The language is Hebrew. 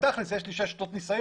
בתכלס יש לי שש שנות ניסיון,